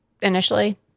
initially